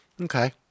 Okay